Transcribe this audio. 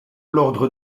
l’ordre